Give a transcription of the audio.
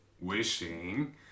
wishing